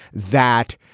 that,